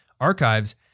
archives